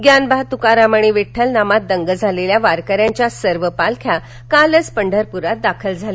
ज्ञानोबा तुकाराम आणि विठ्ठल नामात दंग झालेल्या वारकऱ्याच्या सर्व पालख्या कालच पंढरपुरात दाखल झाल्या